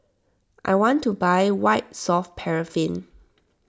I want to buy White Soft Paraffin